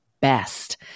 best